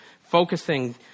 focusing